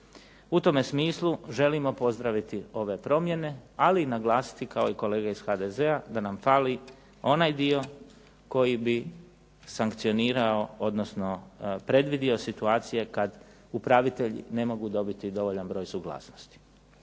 U tome smislu želimo pozdraviti ove promjene, ali i naglasiti, kao i kolege iz HDZ-a da nam fali onaj dio koji bi sankcionirao, odnosno predvidio situacije kad upravitelji ne mogu dobiti dovoljan broj suglasnosti.